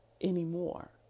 anymore